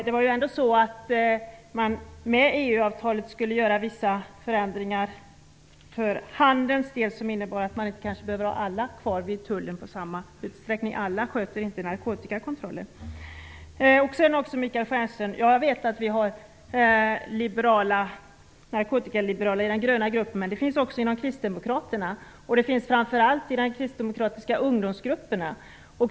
Med EU-avtalet skulle det göras vissa förändringar för handelns del, och det innebär att kanske inte alla vid tullen behöver vara kvar i samma utsträckning - alla sköter inte narkotikakontrollen. Jag vill också säga till Michael Stjernström att jag vet att det finns narkotikaliberala i den gröna gruppen, men det finns det också inom kristdemokraterna, framför allt i de kristdemokratiska ungdomsgrupperna.